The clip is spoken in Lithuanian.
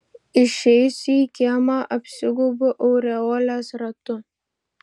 išėjusi į kiemą apsigaubiu aureolės ratu